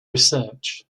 research